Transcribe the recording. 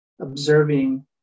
observing